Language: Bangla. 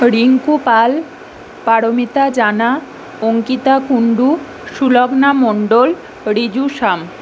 রিঙ্কু পাল পারমিতা জানা অঙ্কিতা কুণ্ডু সুলগ্না মণ্ডল ঋজু শাম